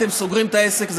אתם סוגרים את העסק,